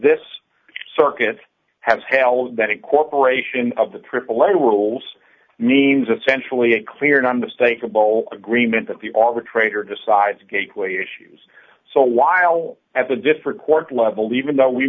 this circuit has held that incorporation of the aaa rules means essentially a clear and unmistakable agreement that the arbitrator decides gateway issues so while at the different court level even though we